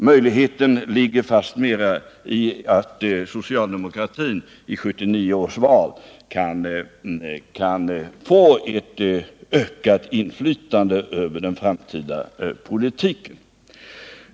Möjligheten ligger fastmera i att socialdemokratin i 1979 års val kan få ett ökat inflytande över den framtida politiken.